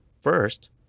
First